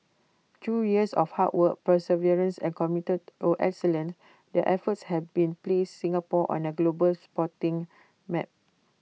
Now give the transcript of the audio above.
through years of hard work perseverance and commitment or excellence their efforts have been placed Singapore on the global sporting map